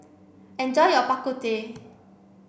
enjoy your Bak Kut Teh